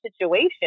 situation